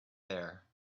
there